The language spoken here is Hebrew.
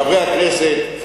חבר הכנסת רותם, תודה.